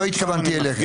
לא התכוונתי אליכם.